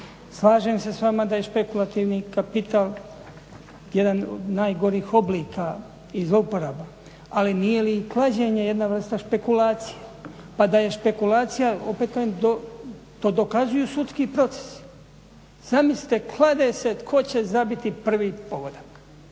Slažem se s vama da je špekulativni kapital jedan od najgorih oblika i zlouporaba ali nije li i klađenje jedna vrsta špekulacije pa da je špekulacija opet kažem, to dokazuju sudski procesi, zamislite, klade se tko će zabiti prvi pogodak